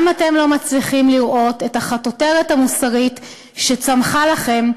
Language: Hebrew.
גם אתם לא מצליחים לראות את החטוטרת המוסרית שצמחה לכם,